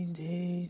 day